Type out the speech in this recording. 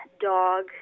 dog